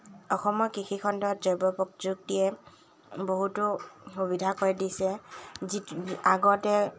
অসমৰ কৃষিখণ্ডত জৈৱ প্ৰযুক্তিয়ে বহুতো সুবিধা কৰি দিছে যিটো আগতে